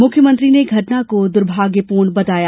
मुख्यमंत्री ने घटना को दुभाग्यपूर्ण बताया